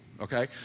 Okay